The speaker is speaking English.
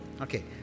Okay